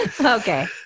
Okay